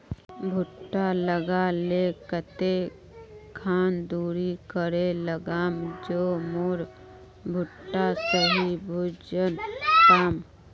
भुट्टा लगा ले कते खान दूरी करे लगाम ज मोर भुट्टा सही भोजन पाम?